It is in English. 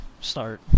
start